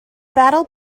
battle